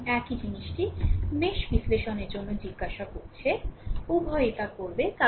এবং একই জিনিসটি মেশ বিশ্লেষণের জন্য জিজ্ঞাসা করছে উভয়ই তা করবে